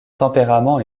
tempérament